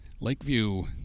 Lakeview